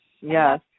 Yes